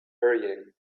hurrying